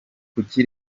kuki